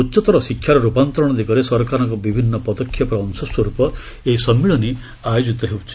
ଉଚ୍ଚତର ଶିକ୍ଷାର ରୂପାନ୍ତରଣ ଦିଗରେ ସରକାରଙ୍କର ବିଭିନ୍ନ ପଦକ୍ଷେପର ଅଂଶସ୍ୱର୍ପ ଏହି ସମ୍ମିଳନୀ ଆୟୋଜିତ ହୋଇଛି